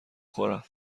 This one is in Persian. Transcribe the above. خورم